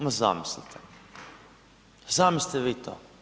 Ma zamislite, zamislite vi to.